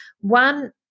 One